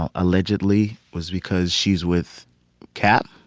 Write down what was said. ah allegedly was because she's with kap,